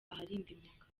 aharindimuka